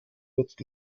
nutzt